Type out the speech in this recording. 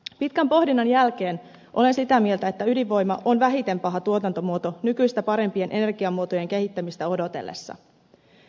pitkän pohdinnan jälkeen olen sitä mieltä että ydinvoima on vähiten paha tuotantomuoto nykyistä parempien energiamuotojen kehittämistä odotellessa